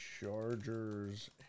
Chargers